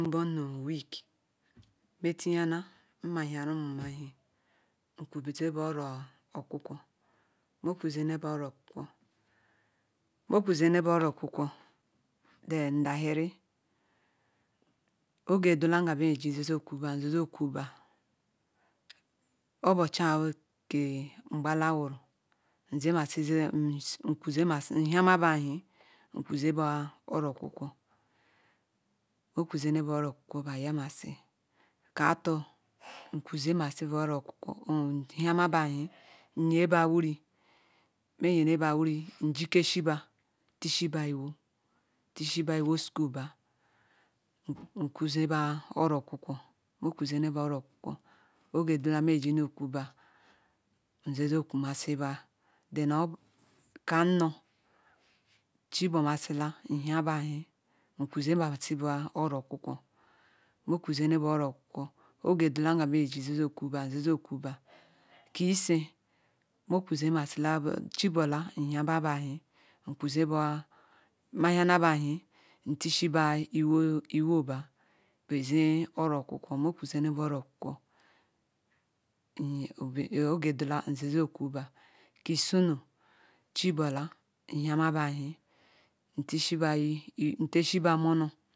mberm nu weele ma tiyara na hia rumum ehea nku faba nu oro okwukwo mokwuze ne ba Nu oro okwukwo no kwuze ne be oro okwa kwa the ndoturi oge dela nge me ze okasu ba nzeze okeraba obachi nke ngbalara nhia bana ahi nkwuze meka oro okwakwo mo kwazeme ba oro okwakwo ba ya masi ka ato nkwa zemozibs oro okwu kwo nhiane bea hie nip ba wiri mea nyire ba wiri njikezie ba ti si ba iwo tisi ba iwo sulailu ba nkwuzie be oro okwu kwo mokwuzem oro kwukwo ogedula mejino kwu ba Nze ze kwu ma si ba ka ano chibor masila nhia ba hie nkwu zema si ba oro okwu kwo mokwuze mba oro kwukwo oge dela nga meze kwuba nze zo kwubu ke ise chubola nhia bana chie bea ze oro kwukwu mokwuzene ba oro okwu kwo oge dele nze zo kwu ba kcisimu chiborla nhia behie ntesre ba nono